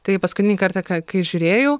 tai paskutinį kartą ka kai žiūrėjau